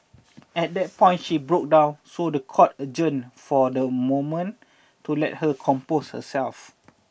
at that point she broke down so the court adjourned for the moment to let her compose herself